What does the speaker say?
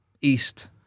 East